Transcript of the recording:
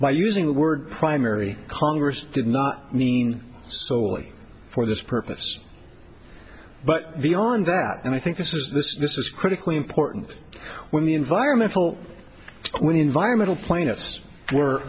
by using the word primary congress did not mean solely for this purpose but beyond that and i think this is this this is critically important when the environmental when environmental plaintiffs were